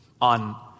on